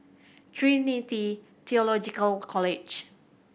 Trinity Theological College